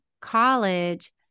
college